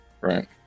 Right